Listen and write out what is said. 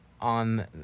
on